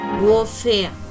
warfare